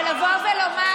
אבל לבוא ולומר